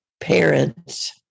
parents